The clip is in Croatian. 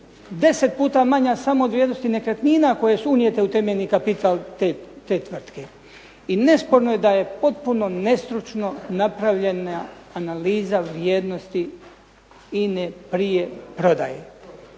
10 puta manja samo od vrijednosti nekretnina koje su unijete u temeljni kapital te tvrtke. I nesporno je da je potpuno nestručno napravljena analiza vrijednosti INA-e prije prodaje.